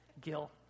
Gil